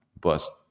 bust